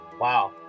wow